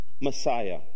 Messiah